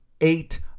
eight